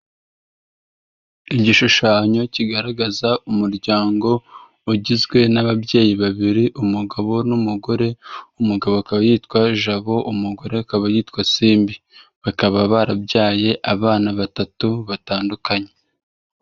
Igishushanyo kigaragaza umuryango ugizwe n'ababyeyi babiri, umugabo n'umugore, umugabo akaba yitwa jabo, umugore akaba yitwa simbi. Bakaba barabyaye abana batatu batandukanye.